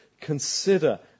Consider